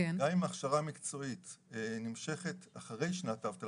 גם אם ההכשרה המקצועית נמשכת אחרי שנת האבטלה,